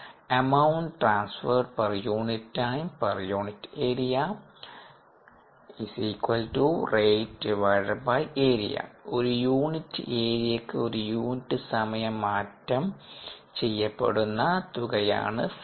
Flux amount transferred per unit time per unit area ratearea ഒരു unit ഏരിയക്ക് ഒരു unit സമയം മാറ്റം ചെയ്യപ്പെടുന്ന തുകയാണ് ഫ്ലക്സ്